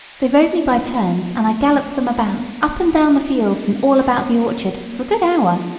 they rode me by turns, and i galloped them about, up and down the fields and all about the orchard, for a good hour.